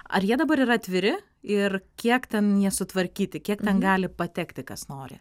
ar jie dabar yra atviri ir kiek ten jie sutvarkyti kiek ten gali patekti kas nori